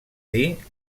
dir